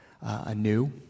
anew